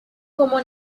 como